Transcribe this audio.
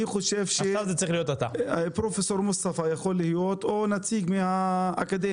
אני חושב שפרופסור מוסטפא יכול להיות או נציג מהאקדמיה